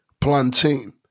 plantain